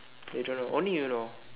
they don't know only you know